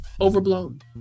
overblown